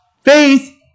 Faith